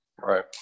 Right